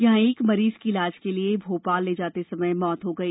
यहां एक मरीज की इलाज के लिए भोपाल ले जाते समय मौत हो गई